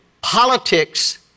politics